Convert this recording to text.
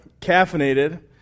caffeinated